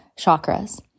chakras